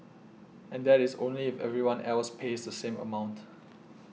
and that is only if everyone else pays the same amount